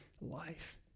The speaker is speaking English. life